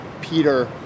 Peter